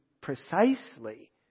precisely